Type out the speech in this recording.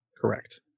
Correct